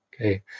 Okay